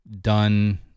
done